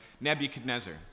Nebuchadnezzar